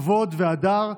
כבוד והדר.